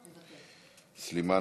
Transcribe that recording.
סלימאן,